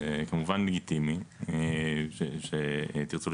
זה כמובן לגיטימי, שתרצו לשנות.